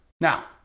now